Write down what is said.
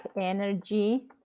Energy